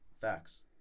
facts